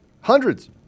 Hundreds